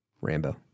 Rambo